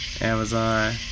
Amazon